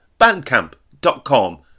Bandcamp.com